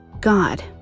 God